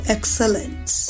Excellence